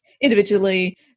individually